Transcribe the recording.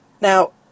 Now